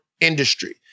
industry